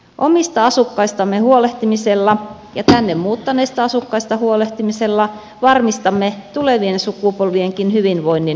omista asukkaistamme huolehtimisella ja tänne muuttaneista asukkaista huolehtimisella varmistamme tulevien sukupolvienkin hyvinvoinnin